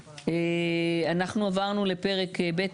אנחנו עברנו לחלק ב',